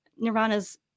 Nirvana's